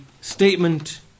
statement